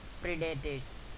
predators